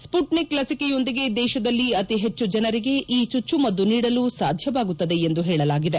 Sputnik ಲಭಿಕೆಯೊಂದಿಗೆ ದೇಶದಲ್ಲಿ ಅತಿ ಹೆಚ್ಚು ಜನರಿಗೆ ಈ ಚುಚ್ಚುಮದ್ದು ನೀಡಲು ಸಾಧ್ಯವಾಗುತ್ತದೆ ಎಂದು ಹೇಳಲಾಗಿದೆ